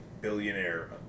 billionaire